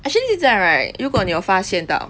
actually 现在 right 如果你有发现到